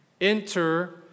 enter